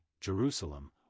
Jerusalem